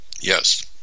Yes